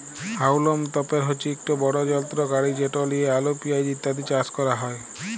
হাউলম তপের হছে ইকট বড় যলত্র গাড়ি যেট লিঁয়ে আলু পিয়াঁজ ইত্যাদি চাষ ক্যরা হ্যয়